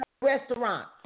Restaurant